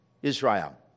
Israel